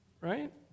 Right